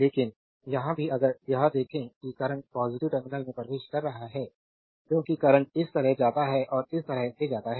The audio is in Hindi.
लेकिन यहाँ भी अगर यह देखें कि करंट पॉजिटिव टर्मिनल से प्रवेश कर रहा है क्योंकि करंट इस तरह जाता है और इस तरह से जाता है